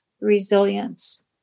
resilience